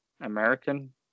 American